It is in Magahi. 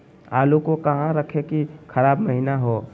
आलू को कहां रखे की खराब महिना हो?